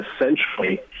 essentially